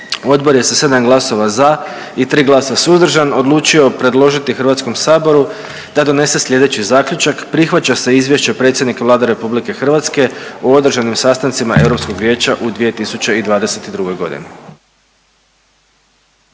odbor je sa 7 glasova za i 3 glasa suzdržan odlučio predložiti Hrvatskom saboru da donese slijedeći Zaključak. Prihvaća se Izvješće predsjednika Vlade RH o održanim sastancima Europskog vijeća u 2022. godini.